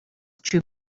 true